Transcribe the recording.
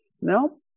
No